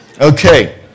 Okay